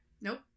nope